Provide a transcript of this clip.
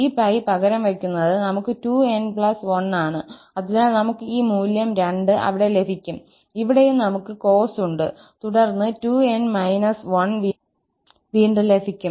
ഈ 𝜋 പകരം വയ്ക്കുന്നത് നമുക്ക് 2𝑛1 ആണ് അതിനാൽ നമുക്ക് ഈ മൂല്യം 2 അവിടെ ലഭിക്കും ഇവിടെയും നമുക്ക് cos ഉണ്ട് തുടർന്ന് 2𝑛 − 1 വീണ്ടും ലഭിക്കും